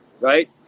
right